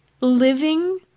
living